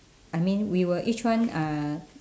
I mean we will each one uh